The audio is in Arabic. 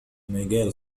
مجال